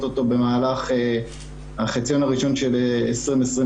אותו במהלך החציון הראשון של 20-21,